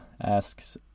asks